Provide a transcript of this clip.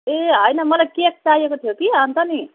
ए होइन मलाई केक चाहिएको थियो कि अन्त नि